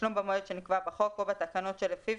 תשלום במועד שנקבע בחוק או בתקנות שלפיו,